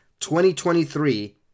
2023